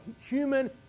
human